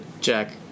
Jack